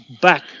back